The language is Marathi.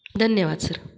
धन्यवाद सर